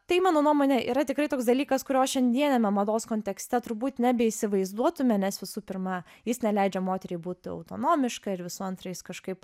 tai mano nuomone yra tikrai toks dalykas kurio šiandieniame mados kontekste turbūt nebeįsivaizduotume nes visų pirma jis neleidžia moteriai būti autonomiška ir visų antra jis kažkaip